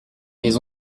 mes